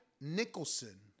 Nicholson